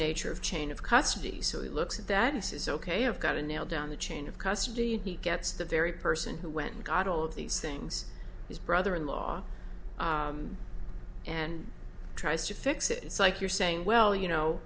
nature of chain of custody so he looks at that and says ok i've got to nail down the chain of custody and he gets the very person who went and got all of these things his brother in law and tries to fix it it's like you're saying well you know